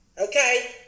okay